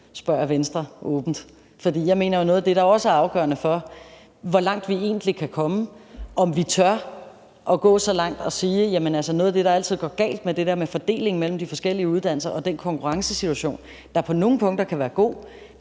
spørger jeg Venstre åbent. For jeg mener, at det er noget af det, der også er afgørende for, hvor langt vi egentlig kan komme, og om vi tør at gå så langt som at sige, at noget af det, der altid går galt med det der med fordelingen mellem de forskellige uddannelser og den konkurrencesituation, der på nogle punkter kan være god,